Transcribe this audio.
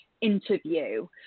interview